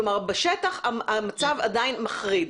כלומר, בשטח המצב עדיין מחריד.